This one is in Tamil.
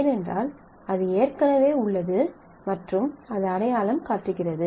ஏனென்றால் அது ஏற்கனவே உள்ளது மற்றும் அது அடையாளம் காட்டுகிறது